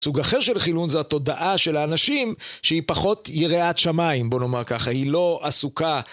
סוג אחר של חילון זה התודעה של האנשים שהיא פחות יראת שמיים בוא נאמר ככה, היא לא עסוקה